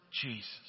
Jesus